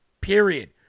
Period